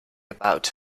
about